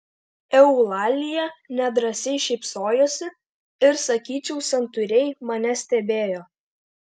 eulalija nedrąsiai šypsojosi ir sakyčiau santūriai mane stebėjo